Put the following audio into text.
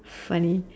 funny